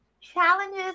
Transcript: Challenges